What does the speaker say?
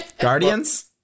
guardians